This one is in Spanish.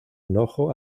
enojo